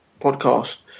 podcast